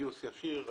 גיוס ישיר.